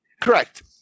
Correct